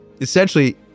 Essentially